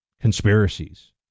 conspiracies